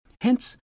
Hence